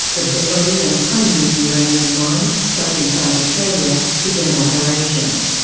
the beverley and honeymoon uranium mines, both in south australia, began operation.